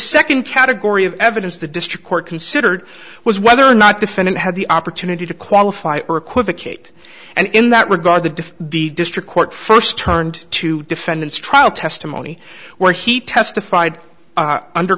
second category of evidence the district court considered was whether or not defendant had the opportunity to qualify or equivocate and in that regard the diff the district court first turned to defendant's trial testimony where he testified under